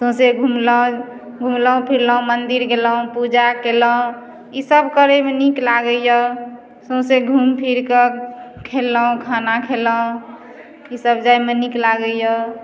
सौँसै घुमलहुँ घुमलौँ फिरलहुँ मन्दिर गेलहुँ पूजा कयलहुँ इसब करयमे नीक लागइए सौँसै घुमि फिरके खेलहुँ खाना खेलहुँ ईसब जाइमे नीक लागइए